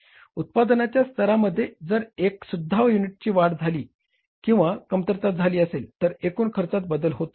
उत्पादनाच्या स्तरामध्ये जर एकासुद्धा युनिटची वाढ झाली असेल किंवा कमतरता आली असेल तर एकूण खर्चात बदल होतो